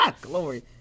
glory